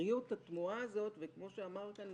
המקריות התמוהה הזאת, וכמו שאמר כאן